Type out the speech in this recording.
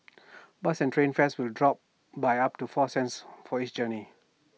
bus and train fares will drop by up to four cents for each journey